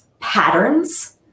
patterns